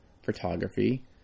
photography